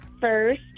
first